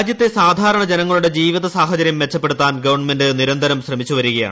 രാജ്യത്തെ സാധാരണ ജനങ്ങളുടെ ജീവിത സാഹചര്യം മെച്ചപ്പെടുത്താൻ ഗവണ്മെന്റ് നിരന്തരം ശ്രമിച്ചു വരികയാണ്